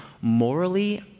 morally